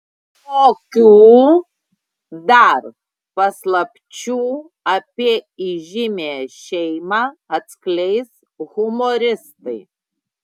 kokių dar paslapčių apie įžymiąją šeimą atskleis humoristai